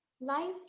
life